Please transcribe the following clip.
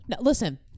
Listen